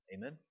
Amen